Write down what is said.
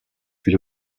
fut